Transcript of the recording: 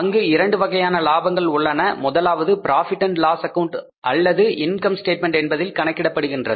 அங்கு இரண்டு வகையான லாபங்கள் உள்ளன முதலாவது profit and loss account Profit Loss Account அல்லது இன்கம் ஸ்டேட்மெண்ட் என்பதில் கணக்கிடப்படுகின்றது